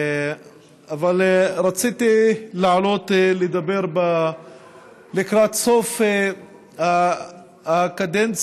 אבל רציתי לעלות לדבר לקראת סוף הקדנציה